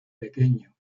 pequeño